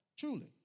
Truly